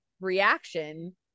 reaction